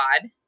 God